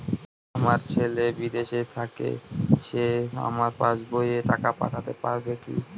আমার ছেলে বিদেশে থাকে সে আমার পাসবই এ টাকা পাঠাতে পারবে কি?